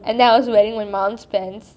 and then I was wearing my mum's pants